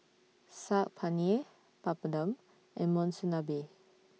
Saag Paneer Papadum and Monsunabe